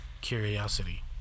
curiosity